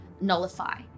nullify